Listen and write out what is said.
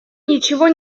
ничего